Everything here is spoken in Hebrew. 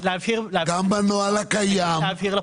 גם בנוהל הקיים.